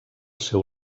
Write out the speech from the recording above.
seu